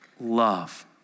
love